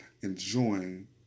enjoying